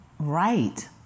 Right